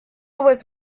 was